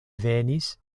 venis